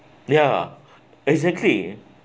ya exactly